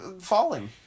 falling